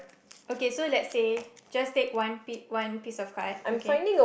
so let's say just take one piece one piece of card okay